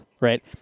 right